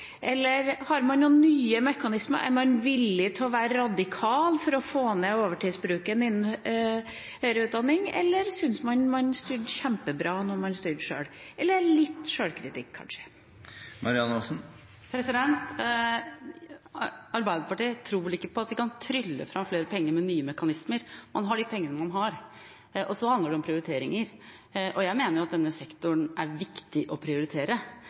eller syns man at man styrte kjempebra da man styrte sjøl? – Eller litt sjølkritikk, kanskje? Arbeiderpartiet tror vel ikke på at vi kan trylle fram flere penger med nye mekanismer. Man har de pengene man har, og så handler det om prioriteringer. Jeg mener at denne sektoren er viktig å prioritere.